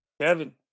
Kevin